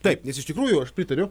taip nes iš tikrųjų aš pritariu